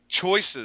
choices